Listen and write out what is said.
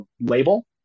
label